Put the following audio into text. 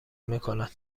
میکند